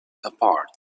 apart